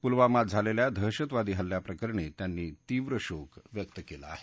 पुलवामात झालेल्या दहशतवादी हल्ल्याप्रकरणी त्यांनी तीव्र शोक व्यक्त केला आहे